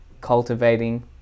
cultivating